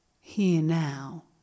here-now